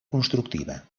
constructiva